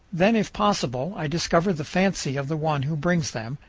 then if possible i discover the fancy of the one who brings them,